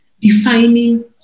defining